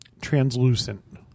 translucent